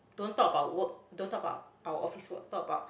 don't talk about work don't talk about our office work talk about